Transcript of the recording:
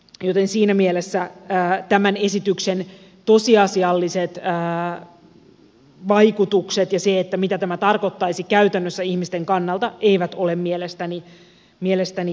joten siinä mielessä tämän esityksen tosiasialliset vaikutukset ja se mitä tämä tarkoittaisi käytännössä ihmisten kannalta eivät ole mielestäni toivottuja